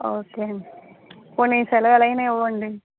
okay పోనీ సెలవులు అయిన ఇవ్వండి